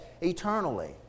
eternally